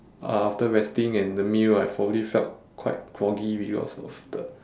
uh after resting and the meal I probably felt quite groggy